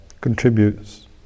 contributes